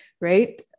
right